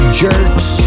jerks